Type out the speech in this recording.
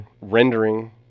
rendering